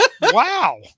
wow